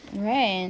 right